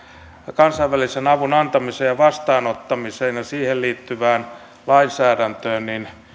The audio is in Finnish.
kansainvälisen avun antamiseen ja vastaanottamiseen ja siihen liittyvään lainsäädäntöön